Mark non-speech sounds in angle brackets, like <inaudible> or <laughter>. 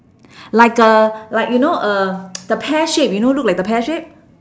like a like you know a <noise> the pear shape you know look like a pear shape